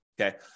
Okay